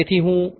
તેથી હું 3